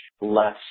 less